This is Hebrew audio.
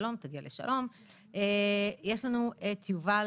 לעניין הזה אני רוצה לצרף את יובל